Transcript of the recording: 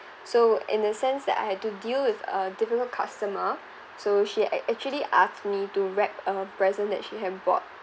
so in the sense that I had to deal with a different customer so she act~ actually asked me to wrap a present that she had bought